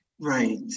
Right